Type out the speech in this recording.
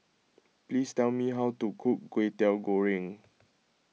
please tell me how to cook Kway Teow Goreng